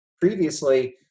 previously